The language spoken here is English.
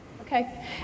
Okay